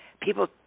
People